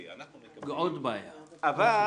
בסדר,